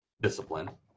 Discipline